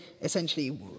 essentially